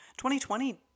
2020